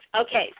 Okay